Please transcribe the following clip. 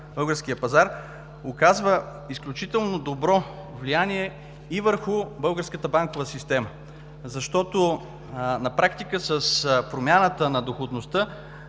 българския пазар, оказва изключително добро влияние и върху българската банкова система, защото на практика с промяната на доходността